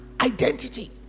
identity